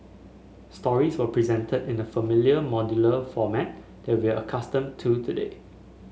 stories were presented in the familiar modular format that we are accustomed to today